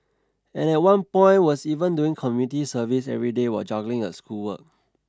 and at one point was even doing community service every day while juggling her schoolwork